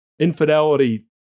infidelity